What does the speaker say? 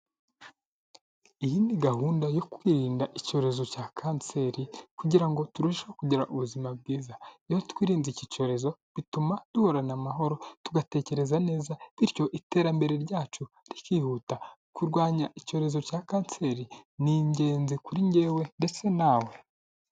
Iyi ni gahunda yo kwirinda icyorezo cya Kanseri kugira ngo turusheho kugira ubuzima bwiza, iyo twirinze iki cyorezo, bituma duhorana amahoro tugatekereza neza bityo iterambere ryacu rikihuta, kurwanya icyorezo cya Kanseri ni ingenzi kuri njyewe ndetse nawe.